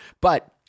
but-